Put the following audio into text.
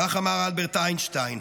כך אמר אלברט איינשטיין.